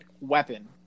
weapon